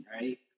right